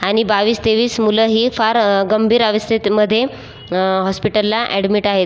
आणि बावीस तेवीस मुलं ही फार गंभीर अवस्थेतमध्ये हॉस्पिटलला ॲडमिट आहेत